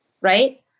right